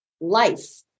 life